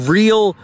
real